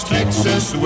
Texas